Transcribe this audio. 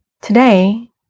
Today